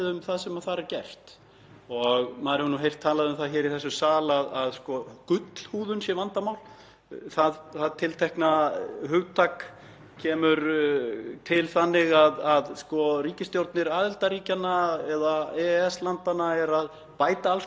kemur til þannig að ríkisstjórnir aðildarríkjanna eða EES-landanna eru að bæta alls konar hlutum við þær reglur sem koma frá Brussel sem verða íþyngjandi og er ekkert endilega í anda þess sem þaðan kemur.